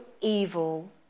evil